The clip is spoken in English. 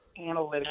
analytics